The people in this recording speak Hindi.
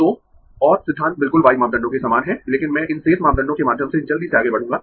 तो और सिद्धांत बिल्कुल y मापदंडों के समान है इसलिए मैं इन शेष मापदंडों के माध्यम से जल्दी से आगे बढूँगा